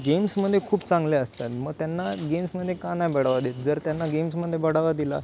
गेम्समध्ये खूप चांगले असतात मग त्यांना गेम्समध्ये का नाही बढावा देत जर त्यांना गेम्समध्ये बढावा दिला